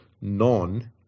non